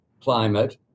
climate